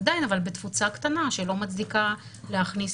אבל עדיין בתפוצה קטנה שלא מצדיקה להכניס